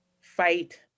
fight